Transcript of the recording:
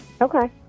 okay